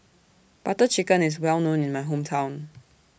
Butter Chicken IS Well known in My Hometown